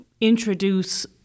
introduce